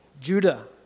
Judah